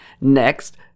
Next